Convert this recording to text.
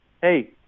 hey